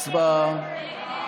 הצבעה.